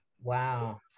wow